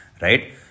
right